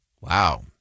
Wow